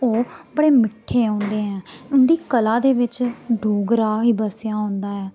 ओह् बड़े मिट्ठे होंदे ऐं उं'दी कला दे बिच्च डोगरा गै बस्सेआ होंदा ऐ